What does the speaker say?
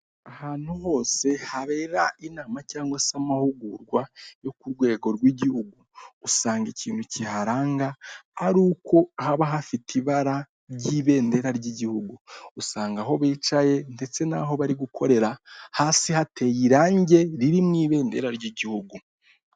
Ahantu hose habera inama cyangwa se amahugurwa yo ku rwego rw'igihugu, usanga ikintu kiharanga ari uko haba hafite ibara ry'ibendera ry'igihugu. Usanga aho bicaye ndetse n'aho bari gukorera, hasi hateye irange riri mu ibendera ry'igihugu.